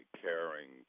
caring